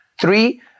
Three